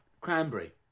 Cranberry